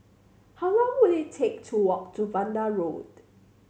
how long will it take to walk to Vanda Road